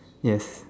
yes